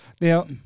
now